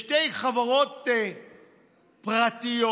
שתי חברות פרטיות